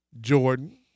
Jordan